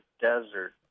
desert